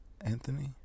Anthony